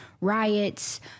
riots